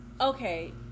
okay